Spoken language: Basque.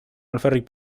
alferrik